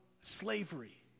slavery